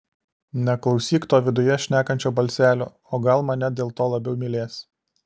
neklausyk to viduje šnekančio balselio o gal mane dėl to labiau mylės